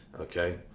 okay